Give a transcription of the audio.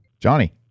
johnny